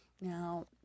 Now